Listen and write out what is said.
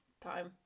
time